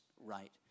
right